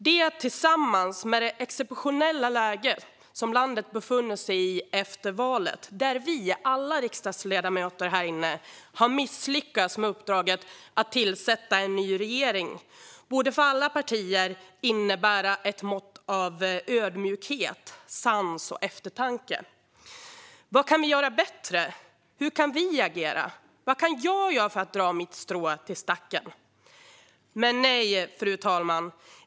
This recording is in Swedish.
Det, tillsammans med det exceptionella läge som landet befunnit sig i efter valet där alla vi riksdagsledamöter här inne i kammaren har misslyckats med uppdraget att tillsätta en ny regering, borde för alla partier innebära ett mått av ödmjukhet, sans och eftertanke. Vad kan vi göra bättre? Hur kan vi agera? Vad kan jag göra för att dra mitt strå till stacken? Fru talman!